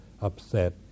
upset